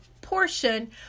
portion